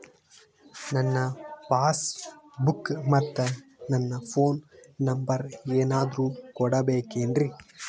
ನನ್ನ passbook ಮತ್ ನನ್ನ ಫೋನ್ ನಂಬರ್ ಏನಾದ್ರು ಕೊಡಬೇಕೆನ್ರಿ?